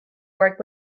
work